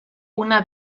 una